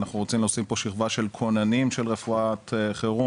אנחנו רומים להוסיף פה שכבה של כוננים של רפואת חירום,